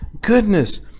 goodness